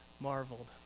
marveled